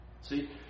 See